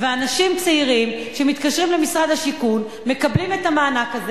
ואנשים צעירים שמתקשרים למשרד השיכון מקבלים את המענק הזה,